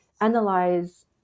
analyze